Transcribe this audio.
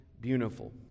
beautiful